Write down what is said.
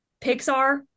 Pixar